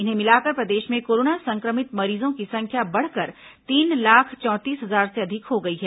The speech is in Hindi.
इन्हें मिलाकर प्रदेश में कोरोना संक्रमित मरीजों की संख्या बढ़कर तीन लाख चौंतीस हजार से अधिक हो गई है